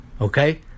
Okay